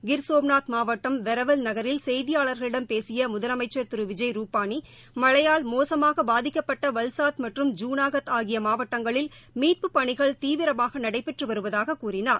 கிர்சோம்நாத் மாவட்டம் வெரவல் நகரில் செய்தியாளர்களிடம் பேசிய முதலமைச்சர் திரு விஜய் ருபாளி மழையால் மோசமாக பாதிக்கப்பட்ட வல்சாத் மற்றும் ஜுளாகத் ஆகிய மாவட்டங்களில் மீட்பு பணிகள் தீவிரமாக நடைபெற்று வருவதாக கூறினார்